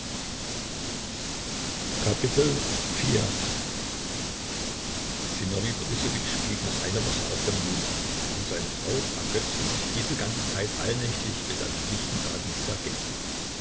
sinowij borissowitsch blieb noch eine woche auf der mühle und seine frau ergötzte sich diese ganze zeit allnächtlich bis an den lichten tag